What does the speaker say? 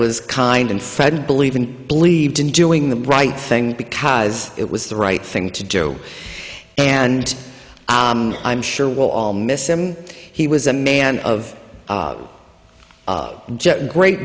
and believe in believed in doing the right thing because it was the right thing to do and i'm sure we'll all miss him he was a man of jet and great